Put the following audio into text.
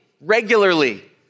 regularly